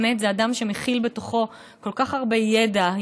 זה באמת אדם שמכיל בתוכו כל כך הרבה ידע,